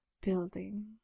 building